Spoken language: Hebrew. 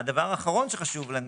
הדבר האחרון שחשוב לנו